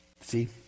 See